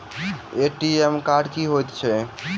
ATM card की हएत छै?